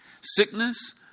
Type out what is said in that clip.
Sickness